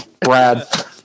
Brad